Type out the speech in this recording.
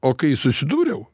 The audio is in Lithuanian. o kai susidūriau